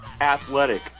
athletic